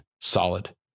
Solid